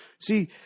See